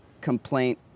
complaint